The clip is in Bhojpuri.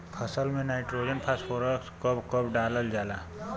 फसल में नाइट्रोजन फास्फोरस कब कब डालल जाला?